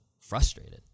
frustrated